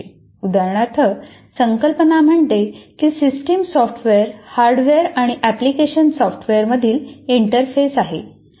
उदाहरणार्थ संकल्पना म्हणते की सिस्टम सॉफ्टवेअर हार्डवेअर आणि अँपप्लिकेशन सॉफ्टवेअरमधील इंटरफेस आहे